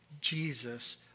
Jesus